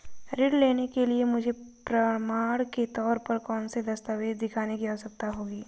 ऋृण लेने के लिए मुझे प्रमाण के तौर पर कौनसे दस्तावेज़ दिखाने की आवश्कता होगी?